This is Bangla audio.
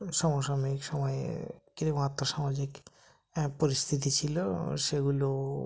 সমসাময়িক সময়ে কিরকম আর্থ সামাজিক পরিস্থিতি ছিল সেগুলো